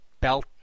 belt